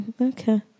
Okay